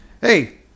Hey